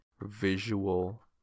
visual